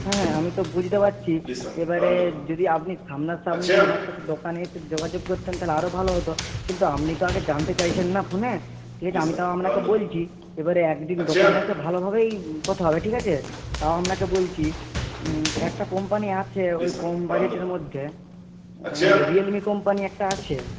হ্যাঁ হ্যাঁ আমি তো বুঝতে পারছি এবারে যদি আপনি সামনাসামনি আমার সাথে দোকানে এসে যোগাযোগ করতেন তাহলে আরও ভালো হতো কিন্তু আপনি তো আগে জানতে চাইছেন না ফোনে ঠিক আছে আমি তাও আপনাকে বলছি এবারে একদিন দোকানে এসে ভালোভাবেই কথা হবে ঠিক আছে তাও আপনাকে বলছি একটা কোম্পানি আছে ওই কম বাজেটের মধ্যে রিয়েলমি কোম্পানি একটা আছে